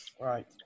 Right